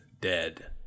dead